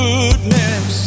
Goodness